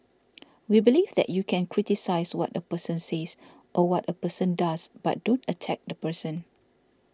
we believe that you can criticise what a person says or what a person does but don't attack the person